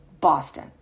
Boston